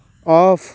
of